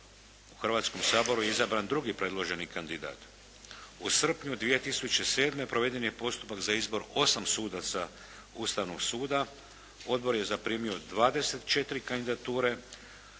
u Hrvatskom saboru je izabran drugi predloženi kandidati. U srpnju 2007. proveden je postupak za izbor 8 sudaca Ustavnog suda. Odbor je zaprimio 24 kandidatura,